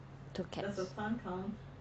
two cats